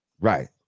Right